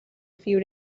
few